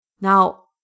Now